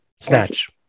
Snatch